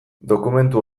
dokumentu